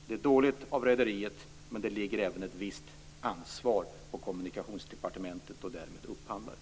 Det är dåligt av rederiet, men det ligger även ett visst ansvar på Kommunikationsdepartementet och därmed upphandlaren.